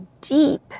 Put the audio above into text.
deep